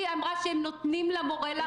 היא אמרה שהם נותנים למורה להחליט.